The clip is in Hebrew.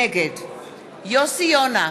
(קוראת בשמות חברי הכנסת) יוסי יונה,